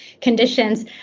conditions